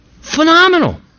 phenomenal